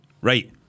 Right